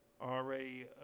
already